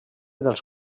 dels